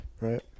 Right